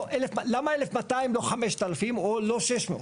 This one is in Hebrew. למה 1,200 ולא 5,000 או לא 600?